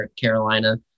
Carolina